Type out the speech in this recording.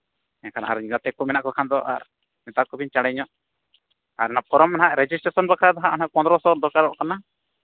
ᱮᱱᱠᱷᱟᱱ ᱟᱨ ᱜᱟᱛᱮ ᱠᱚ ᱢᱮᱱᱟᱜ ᱠᱚ ᱠᱷᱟᱱ ᱫᱚ ᱟᱨ ᱢᱮᱛᱟ ᱠᱚᱵᱤᱱ ᱪᱟᱬᱮ ᱧᱚᱜ ᱟᱨ ᱚᱱᱟ ᱯᱷᱚᱨᱚᱢ ᱫᱚ ᱦᱟᱸᱜ ᱨᱮᱡᱤᱥᱴᱮᱥᱚᱱ ᱵᱟᱠᱷᱨᱟ ᱫᱚ ᱦᱟᱸᱜ ᱦᱟᱱᱮ ᱯᱚᱸᱫᱽᱨᱚ ᱥᱚ ᱫᱚᱨᱠᱟᱨᱚᱜ ᱠᱟᱱᱟ